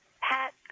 Pat